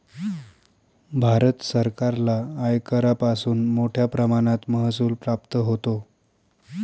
भारत सरकारला आयकरापासून मोठया प्रमाणात महसूल प्राप्त होतो